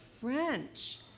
French